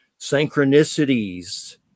synchronicities